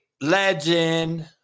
legend